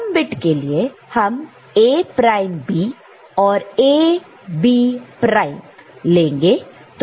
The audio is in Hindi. सम बिट के लिए हम A प्राइम B और A B प्राइम लेंगे